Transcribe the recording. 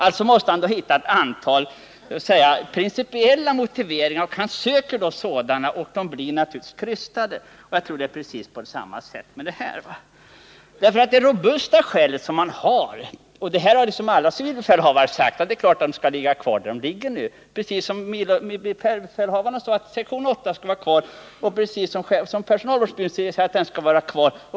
Därför måste han hitta ett antal principiella motiveringar mot kvinnliga präster. Han söker då sådana, och de blir naturligtvis krystade. Jag tror att det är precis på samma sätt i det här sammanhanget. Alla civilbefälhavare har sagt att lokaliseringen skall vara som nu, precis som milobefälhavarna har sagt att sektion 8 skall vara kvar och precis som personalvårdsbyrån har sagt att den skall vara kvar.